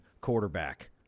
quarterback